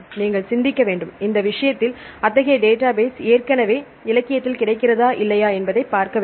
நீங்கள் சிந்திக்க வேண்டும் இந்த விஷயத்தில் அத்தகைய டேட்டாபேஸ் ஏற்கனவே இலக்கியத்தில் கிடைக்கிறதா இல்லையா என்பதை பார்க்க வேண்டும்